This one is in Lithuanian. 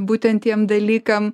būtent tiem dalykam